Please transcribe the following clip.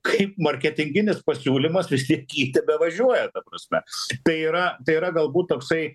kaip marketinginis pasiūlymas vis tiek jį tebevažiuoja ta prasme tai yra tai yra galbūt toksai